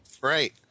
Right